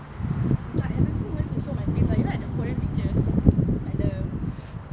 is like I don't think I want to show my face lah you know the korean pictures like the